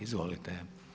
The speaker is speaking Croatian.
Izvolite.